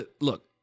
Look